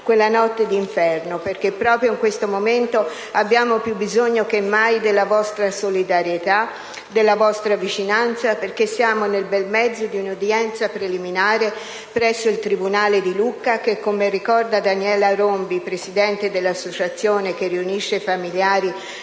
quella notte d'inferno, perché proprio in questo momento abbiamo più bisogno che mai della vostra solidarietà, della vostra vicinanza. Siamo infatti nel bel mezzo di un'udienza preliminare presso il tribunale di Lucca che, come ricorda Daniela Rombi, presidente dell'associazione che riunisce i familiari